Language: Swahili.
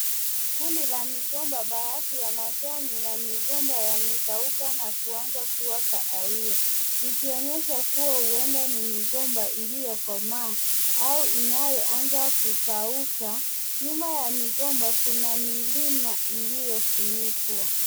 Kundi la migomba baadhi ya majani ina migomba yamekauka na kuanza kuwa kahawia, ikionyesha kuwa huenda ni migomba iliyokomaa au inayoanza kukauka. Nyuma ya migomba kuna milima iliyofunikwa.